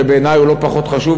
שבעיני הוא לא פחות חשוב,